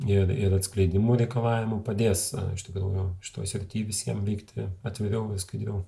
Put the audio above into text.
ir ir atskleidimų reikalavimų padės iš tikrųjų šitoj srity visiem vykti atviriau skaidriau